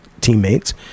teammates